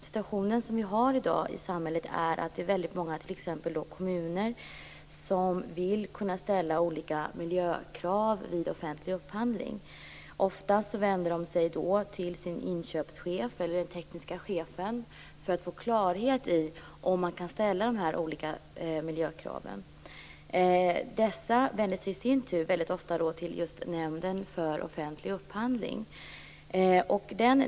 Situationen i samhället i dag är att många kommuner vill kunna ställa olika miljökrav vid offentlig upphandling. Ofta vänder man sig till sin inköpschef eller till sin tekniska chef för att få klarhet i om man kan ställa de här miljökraven. Dessa vänder sig i sin tur ofta till Nämnden för offentlig upphandling.